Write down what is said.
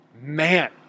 man